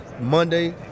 Monday